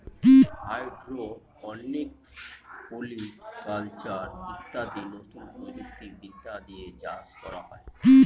hydroponics, polyculture ইত্যাদি নতুন প্রযুক্তি বিদ্যা দিয়ে চাষ করা হয়